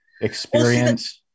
experience